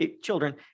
children